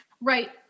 Right